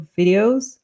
videos